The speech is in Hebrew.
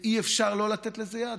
ואי-אפשר לא לתת לזה יד.